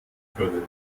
können